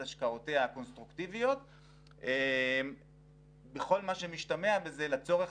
השקעותיה הקונסטרוקטיביות בכל מה שמשתמע מזה לצורך